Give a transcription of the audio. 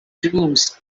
dreams